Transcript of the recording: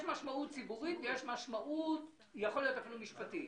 יש משמעות ציבורית, יכול להיות גם משמעות משפטית.